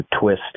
twist